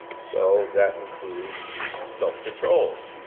so that includes self-control.